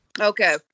Okay